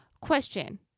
Question